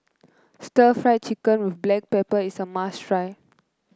stir Fry Chicken with Black Pepper is a must try